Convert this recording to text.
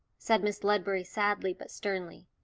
said miss ledbury sadly but sternly,